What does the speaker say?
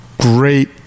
great